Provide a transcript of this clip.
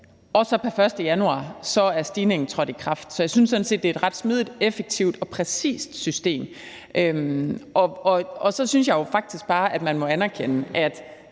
Og pr. 1. januar er stigningen trådt i kraft. Så jeg synes sådan set, det er et ret smidigt, effektivt og præcist system. Så synes jeg jo faktisk bare, at man må anerkende, at